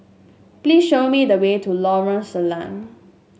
please show me the way to Lorong Salleh